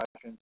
questions